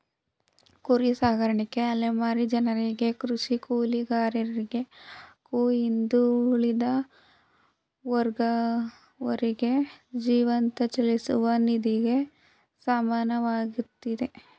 ಕುರಿ ಸಾಕಾಣಿಕೆ ಅಲೆಮಾರಿ ಜನರಿಗೆ ಕೃಷಿ ಕೂಲಿಗಾರರಿಗೆ ಹಾಗೂ ಹಿಂದುಳಿದ ವರ್ಗದವರಿಗೆ ಜೀವಂತ ಚಲಿಸುವ ನಿಧಿಗೆ ಸಮಾನವಾಗಯ್ತೆ